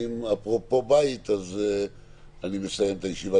אני מודה לכם, הישיבה